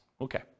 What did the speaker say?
Okay